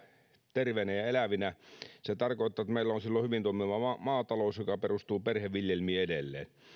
terveinä ja elävinä se tarkoittaa että meillä on silloin hyvin toimiva maatalous joka perustuu perheviljelmiin edelleen